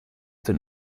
den